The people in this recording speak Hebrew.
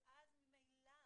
ואז ממילא